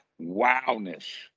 wowness